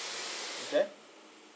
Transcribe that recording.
okay